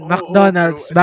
McDonald's